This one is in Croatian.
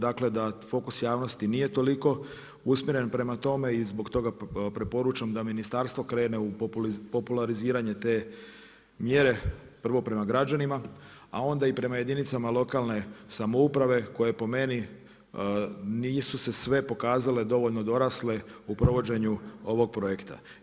Dakle, da fokus javnosti nije toliko usmjeren prema tome i zbog toga preporučam da ministarstvo krene u populariziranje te mjere, prvo prema građanima, a onda i prema jedinicama lokalne samouprave, koje po meni nisu se sve pokazale dovoljno dorasle u provođenju ovog projekta.